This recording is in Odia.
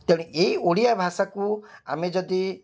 ତେଣୁ ଏଇ ଓଡ଼ିଆ ଭାଷାକୁ ଆମେ ଯଦି